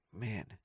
Man